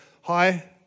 Hi